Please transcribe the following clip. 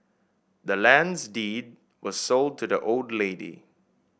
the land's deed was sold to the old lady